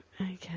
Okay